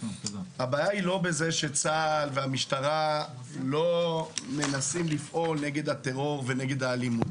הבעיה היא לא בזה שצה"ל והמשטרה לא מנסים לפעול נגד הטרור ונגד האלימות.